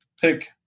pick